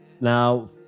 now